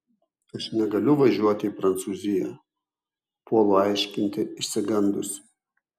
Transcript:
aš negaliu važiuoti į prancūziją puolu aiškinti išsigandusi